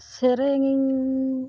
ᱥᱮᱨᱮᱧ ᱤᱧ